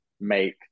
make